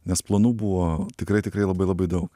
nes planų buvo tikrai tikrai labai labai daug